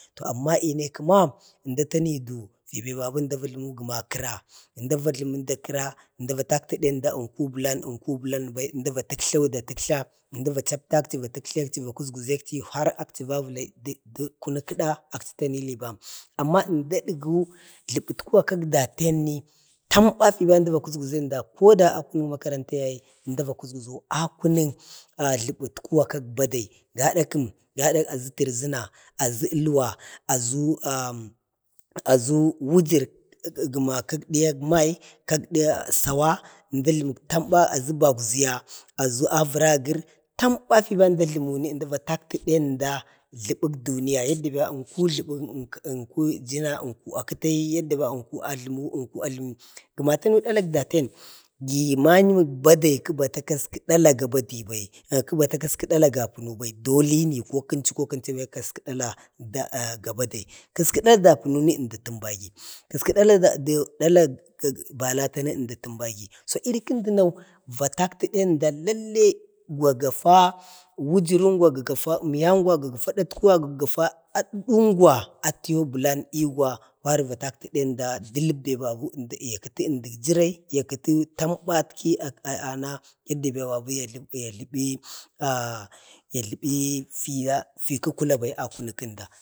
toh amma ine k2ma əmda tanidu fibabi əmda vajləmu gəna kəra, əmda vajləmu də kəra, əmda va tatkəde əmda ma ənku bəlan annku bəlanbai. ʒmda va də təktla. ʒmda va chaptakchi va təktla chi, a kuʒkuʒekchi har akchi, a kuʒkuʒekchi har akchi va vəlayi də kunuk da har dani ili bam. amma əmda udgu jləbətkuwa kak datenni tamba fiba ənda ba kusʒkuʒe əndi koda a kunu makaranta yaye, ʒmdo a kunuk jlabətkuwa kak bade gadakəm, gada aʒu tərʒəna, aʒu əlwa, aʒu am, aʒu wujər gəma kak diyak mai, gəma sawa, ʒmda ajləmi tamba aʒu bagwa ʒiya, aʒu avəlagər, tamba əmdo a jləmuni tədən da jləbək duniya. yaddabe ənku jləbək ənku jəna, ənku a kətayi, ənku a jləmi, ənku ajjəmi, gəna təna dalak daten ma'yəmək bade kəbata kaski dala ga apunobai. dolini ko kənchu ko kənchu bai, kaska dala ga badai, kəska dala ga apununi əmda a təmba gi, kə dala balatani əmda a təmbagi. so iri kənduno va tatkəde əmda lalle gafa wujurungwa, gafa əmyan gwa, gafa adatkwa, wa gafa adədəngwa, atiyau bəlan igwa, kwari va tatkəde əmda dələp bebabu əmdi ya kəti əmdəg jire, ya kətə tambatki ana yadda be babi ya yajləbi fi ka kula bai a kunək əmda.